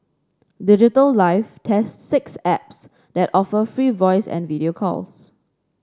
Digital Life tests six apps that offer free voice and video calls